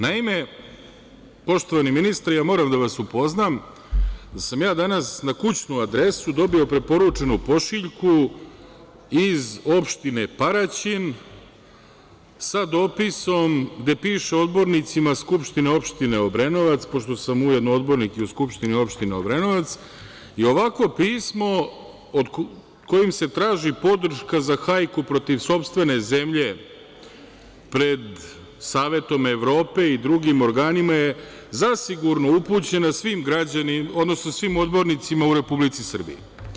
Naime, poštovani ministre, moram da vas upoznam da sam danas na kućnu adresu dobio preporučenu pošiljku iz opštine Paraćin sa dopisom gde piše – odbornicima SO Obrenovac, pošto sam ujedno odbornik i u SO Obrenovac, i ovakvo pismo kojim se traži podrška za hajku protiv sopstvene zemlje pred Savetom Evrope i drugim organima je zasigurno upućena svim odbornicima u Republici Srbiji.